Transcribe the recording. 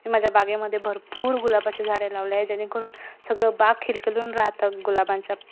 मी माझ्या बागेमध्ये भरपूर गुलाबाचे झाडे लावले आहे जेणेकरून सगळं बाग खिलखिलून राहतं गुलाबांच्या